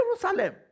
Jerusalem